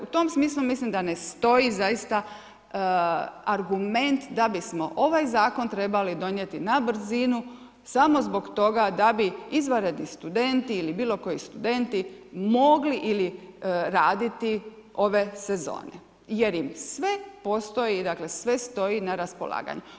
U tom smislu mislim da ne stoji zaista argument da bismo ovaj zakon trebali donijeti na brzinu, samo zbog toga da bi izvanredni studenti ili bilo koji studenti mogli ili raditi ove sezone jer im sve postoji, dakle sve stoji na raspolaganju.